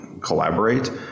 collaborate